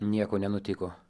nieko nenutiko